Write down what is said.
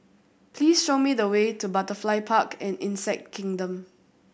please show me the way to Butterfly Park and Insect Kingdom